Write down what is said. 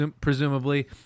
presumably